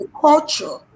culture